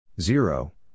Zero